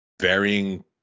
varying